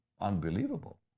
unbelievable